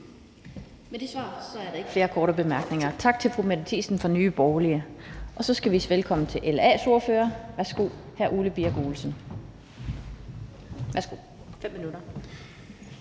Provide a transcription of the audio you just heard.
Med det svar er der ikke flere korte bemærkninger. Tak til fru Mette Thiesen fra Nye Borgerlige. Så skal vi sige velkommen til LA's ordfører. Værsgo, hr. Ole Birk Olesen, 5 minutter.